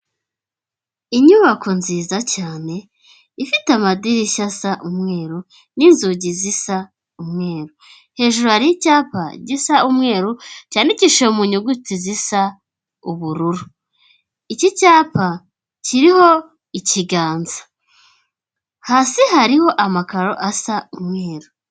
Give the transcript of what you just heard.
Inyubako nziza cyane ifite amadirishya asa umweru n'inzugi zisa umweru, hejuru hari icyapa gisa umweru cyandikishije mu nyuguti zisa ubururu, iki cyapa kiriho ikiganza, hasi hariho amakaro asa umweru.